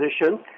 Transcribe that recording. position